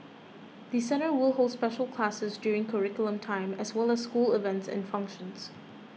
the centre will hold special classes during curriculum time as well as school events and functions